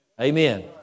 Amen